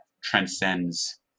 transcends